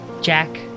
Jack